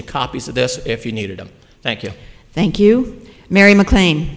your copies of this if you needed them thank you thank you mary maclan